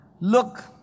look